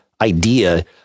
idea